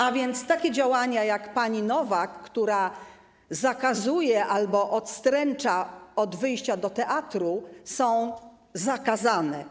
A więc takie działania jak pani Nowak, która zakazuje albo odstręcza od wyjścia do teatru, są zakazane.